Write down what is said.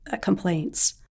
complaints